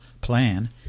plan